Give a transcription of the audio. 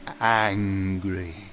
angry